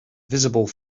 visible